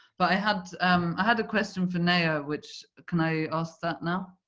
but i had um had a question for neo which, can i ask that now?